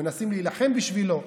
מנסים להילחם בשבילו.